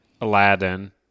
Aladdin